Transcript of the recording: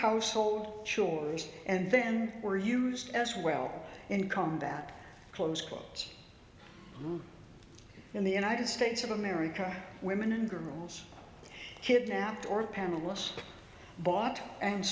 household chores and then were used as well and come that close quote in the united states of america women and girls kidnapped or pamela's bought and